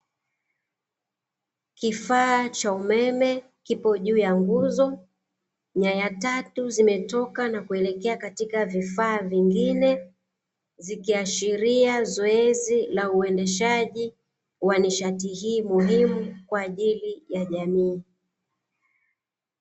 Kifaa cha umeme kipo juu ya nguzo, nyaya tatu zimetoka na kuelekea katika vifaa vingine, zikiashiria zoezi la uendeshaji wa nishati hii muhimu kwa ajili ya jamii.